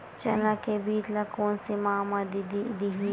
चना के बीज ल कोन से माह म दीही?